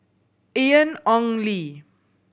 Ian Ong Li